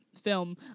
film